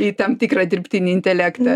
į tam tikrą dirbtinį intelektą